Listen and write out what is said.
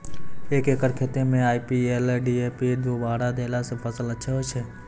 एक एकरऽ खेती मे आई.पी.एल डी.ए.पी दु बोरा देला से फ़सल अच्छा होय छै?